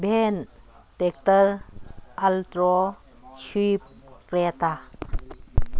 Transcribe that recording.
van tractor alto swift Creta